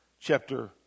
chapter